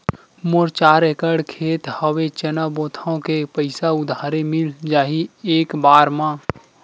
मोर चार एकड़ खेत हवे चना बोथव के पईसा उधारी मिल जाही एक बार मा?